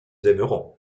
aimeront